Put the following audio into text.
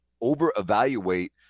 over-evaluate